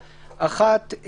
נכון,